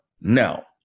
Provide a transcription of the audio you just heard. Now